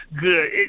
Good